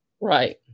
Right